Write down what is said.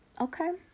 Okay